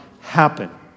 happen